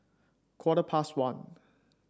quarter past one